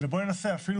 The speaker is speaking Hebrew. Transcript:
בוא ננסה אפילו